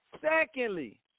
Secondly